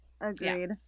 Agreed